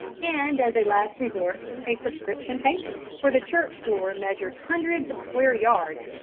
and, as a last resort, a subscription paper, for the church floor measured hundreds of square yards,